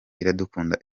iradukunda